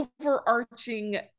overarching